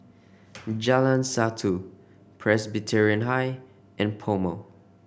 Jalan Satu Presbyterian High and PoMo